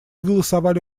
голосовали